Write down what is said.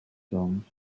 stones